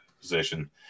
position